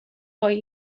هایی